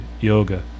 yoga